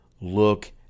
look